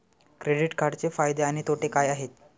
Credit कार्डचे फायदे आणि तोटे काय आहेत?